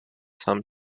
some